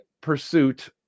pursuit